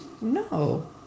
no